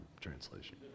translation